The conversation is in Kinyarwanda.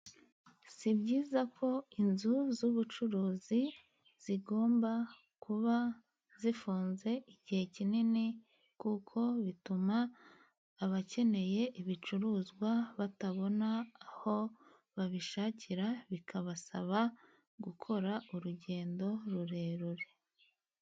Si byiza ko inzu z'ubucuruzi, zigomba kuba zifunze igihe kinini, kuko bituma abakeneye ibicuruzwa batabona aho babishakira, bikabasaba gukora urugendo rurerure.